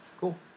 Cool